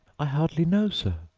i hardly know, sir,